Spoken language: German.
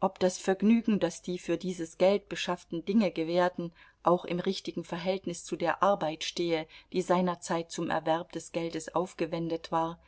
ob das vergnügen das die für dieses geld beschafften dinge gewährten auch im richtigen verhältnis zu der arbeit stehe die seinerzeit zum erwerb des geldes aufgewendet war